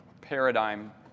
paradigm